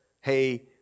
Hey